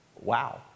Wow